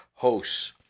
Hosts